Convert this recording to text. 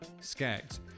Skaggs